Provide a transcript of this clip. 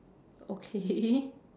okay